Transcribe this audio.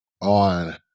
on